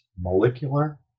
molecular